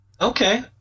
Okay